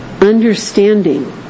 understanding